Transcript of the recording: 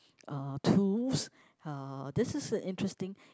uh tools uh this is a interesting